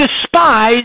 despise